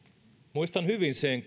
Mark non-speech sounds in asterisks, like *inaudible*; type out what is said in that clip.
muistan hyvin sen *unintelligible*